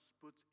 put